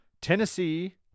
Tennessee